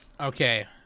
Okay